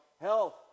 health